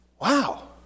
Wow